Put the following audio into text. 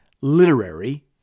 literary